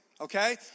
okay